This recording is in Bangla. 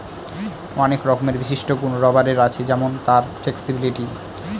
অনেক রকমের বিশিষ্ট গুন রাবারের আছে যেমন তার ফ্লেক্সিবিলিটি